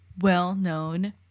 well-known